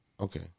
Okay